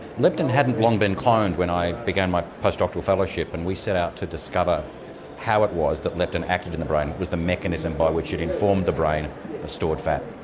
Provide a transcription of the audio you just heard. leptin hadn't long been cloned when i began my post-doctoral fellowship and we set out to discover how it was that leptin acted in the brain was the mechanism by which it informed the brain of stored fat.